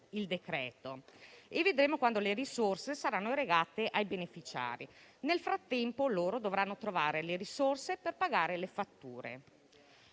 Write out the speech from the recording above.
il decreto, e vedremo quando le risorse saranno erogate ai beneficiari che, nel frattempo, dovranno trovare le risorse per pagare le fatture.